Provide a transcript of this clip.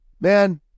man